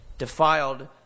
defiled